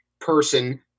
person